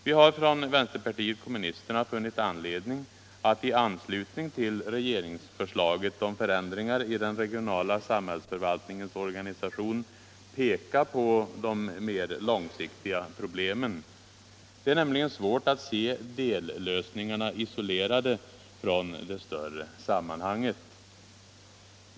Vi har från vänsterpartiet kommunisterna funnit anledning att i anslutning till regeringsförslaget om förändringar i den regionala samhällsförvaltningens organisation peka på de mera långsiktiga problemen. Det är nämligen svårt att se dellösningarna isolerade från det större sammanhanget.